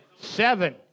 seven